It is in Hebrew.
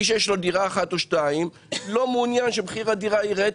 מי שיש לו דירה אחת או שתיים לא מעונין שמחיר הדירה יירד,